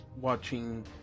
watching